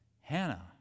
Hannah